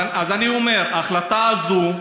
אני אומר: ההחלטה הזאת,